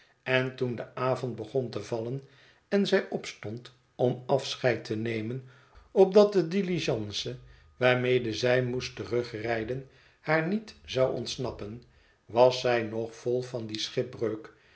en toen de avond begon te vallenen zij opstond om afscheid te nemen opdat de diligence waarmede zij moest terugrijden haar niet zou ontsnappen was zij nog vol van die